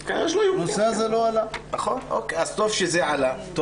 אז טוב שהוא עלה עכשיו.